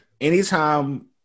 Anytime